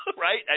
Right